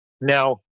Now